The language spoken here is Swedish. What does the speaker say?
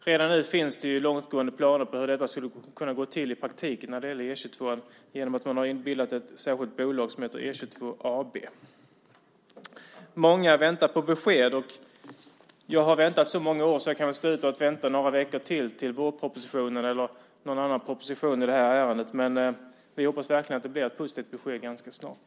Redan nu finns det långtgående planer på hur detta skulle kunna gå till i praktiken när det gäller E 22:an genom att man har bildat ett särskilt bolag som heter E 22 AB. Många väntar på besked och jag har väntat så många år att jag kan stå ut med att vänta några veckor till, till vårpropositionen eller någon annan proposition i det här ärendet. Men vi hoppas verkligen att det blir ett positivt besked ganska snart.